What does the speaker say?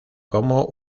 como